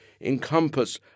encompass